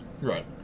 Right